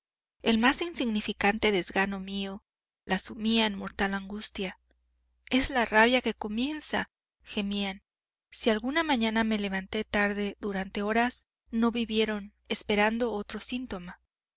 el más insignificante desgano mío las sumía en mortal angustia es la rabia que comienza gemían si alguna mañana me levanté tarde durante horas no vivieron esperando otro síntoma